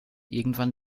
irgendwann